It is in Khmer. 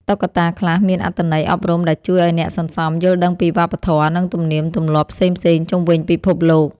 តុក្កតាខ្លះមានអត្ថន័យអប់រំដែលជួយឱ្យអ្នកសន្សំយល់ដឹងពី វប្បធម៌ និងទំនៀមទម្លាប់ផ្សេងៗជុំវិញពិភពលោក។